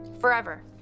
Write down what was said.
Forever